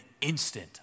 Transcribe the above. instant